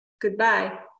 Goodbye